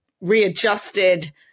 readjusted